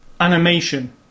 animation